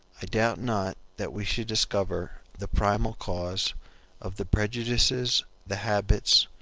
i doubt not that we should discover the primal cause of the prejudices, the habits,